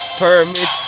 permit